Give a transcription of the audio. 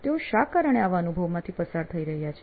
તેઓ શા કારણે આવા અનુભવમાંથી પસાર થઈ રહ્યા છે